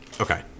Okay